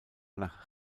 nach